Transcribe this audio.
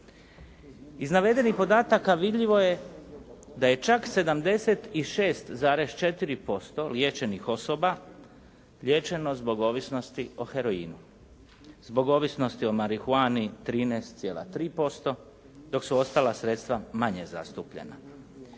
Iz navedenih podataka vidljivo je da je čak 76,4% liječenih osoba liječeno zbog ovisnosti o heroinu. Zbog ovisnosti o marihuani 13,3%, dok su ostala sredstva manje zastupljena.